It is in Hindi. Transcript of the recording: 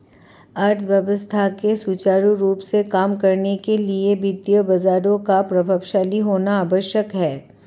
अर्थव्यवस्था के सुचारू रूप से काम करने के लिए वित्तीय बाजारों का प्रभावशाली होना आवश्यक है